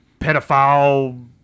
pedophile